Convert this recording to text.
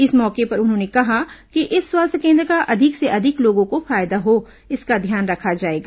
इस मौके पर उन्होंने कहा कि इस स्वास्थ्य केन्द्र का अधिक से अधिक लोगों को फायदा हो इसका ध्यान रखा जाएगा